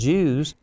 Jews